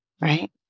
right